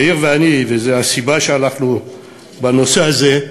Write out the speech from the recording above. מאיר ואני, וזו הסיבה שאנחנו בנושא הזה,